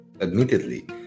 admittedly